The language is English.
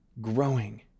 growing